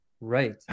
Right